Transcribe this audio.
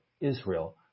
Israel